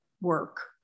work